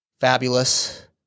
fabulous